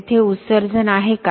तेथे उत्सर्जन आहे का